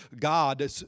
God